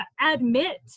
admit